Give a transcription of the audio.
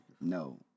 No